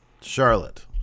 Charlotte